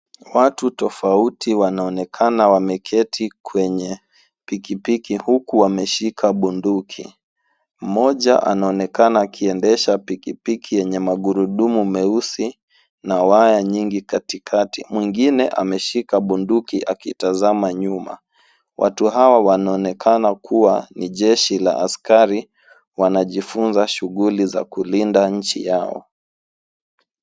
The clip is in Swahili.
Watu tofauti wanaoenakana wameketi kwenye piki piki huku wameshika bunduki. Mmoja anaonekana akiendesha pikipiki yenye magurudumu meusi na waya nyingi katikati. Mwingine ameshika bunduki akitazama nyuma. Watu hawa wanaonekana kuwa ni jeshi la askari wanajifunza shughuli ya kulinda nchi zao.